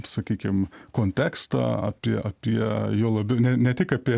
sakykim kontekstą apie apie juo labiau ne ne tik apie